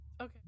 Okay